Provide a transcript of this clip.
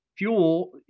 fuel